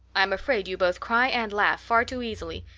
i'm afraid you both cry and laugh far too easily.